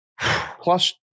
plus